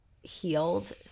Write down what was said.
healed